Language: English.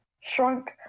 shrunk